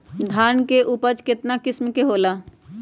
धान के उपज केतना किस्म के होला?